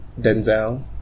Denzel